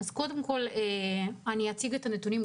אני אציג את הנתונים,